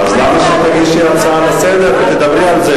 אז למה שלא תגישי הצעה לסדר-היום ותדברי על זה?